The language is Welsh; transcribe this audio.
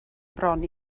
bron